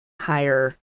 higher